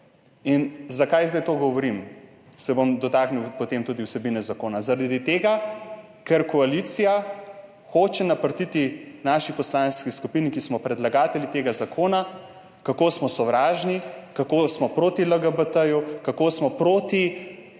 Zakaj zdaj to govorim? Se bom potem dotaknil tudi vsebine zakona. Zaradi tega, ker koalicija hoče naprtiti naši poslanski skupini, ki je predlagateljica tega zakona, kako smo sovražni, kako smo proti LGBT, kako smo proti